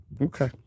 Okay